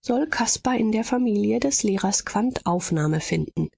soll caspar in der familie des lehrers quandt aufnahme finden